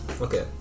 Okay